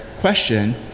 question